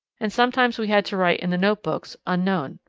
and sometimes we had to write in the notebooks, unknown.